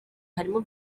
harimo